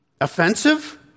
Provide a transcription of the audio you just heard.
Offensive